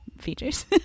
features